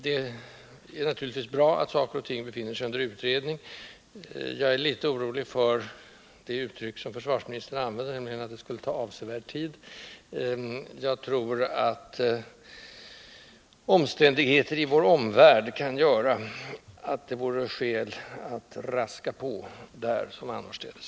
Det är naturligtvis bra att saker och ting befinner sig under utredning, men jag är litet oroad över det uttryck som försvarsministern använde i sammanhanget, nämligen att arbetet kommer att ta avsevärd tid. Jag tror att omständigheter i vår omvärld gör att det finns skäl att raska på, där som annorstädes.